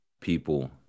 people